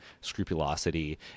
scrupulosity